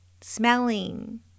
smelling